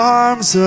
arms